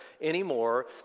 anymore